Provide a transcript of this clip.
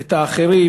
את האחרים,